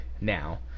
now